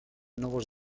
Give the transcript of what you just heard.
nuevos